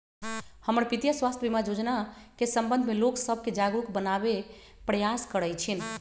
हमर पितीया स्वास्थ्य बीमा जोजना के संबंध में लोग सभके जागरूक बनाबे प्रयास करइ छिन्ह